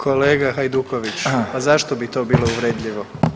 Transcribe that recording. Kolega Hajduković, pa zašto bi to bilo uvredljivo?